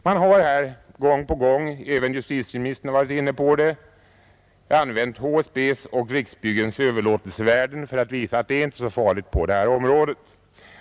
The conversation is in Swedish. Man har här gång på gång — även justitieministern har varit inne på det — använt HSB:s och Riksbyggens överlåtelsevärden för att visa att det inte är så farligt på det här området.